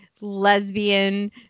lesbian